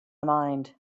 mind